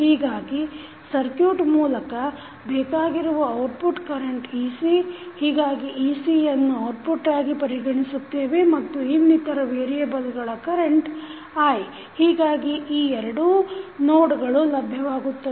ಹೀಗಾಗಿ ಸರ್ಕುಟ್ ಮೂಲಕ ಬೇಕಾಗಿರುವ ಔಟ್ಪುಟ್ ಕರೆಂಟ್ ec ಹೀಗಾಗಿ ec ಯನ್ನು ಔಟ್ಪುಟ್ ಆಗಿ ಪರಿಗಣಿಸುತ್ತೇವೆ ಮತ್ತು ಇನ್ನಿತರ ವೇರಿಯೆಬಲ್ಗಳ ಕರೆಂಟ್ i ಹೀಗಾಗಿ ನಮಗೆ ಈ ಎರಡೂ ನೋಡ್ಗಳು ಲಭ್ಯವಾಗುತ್ತವೆ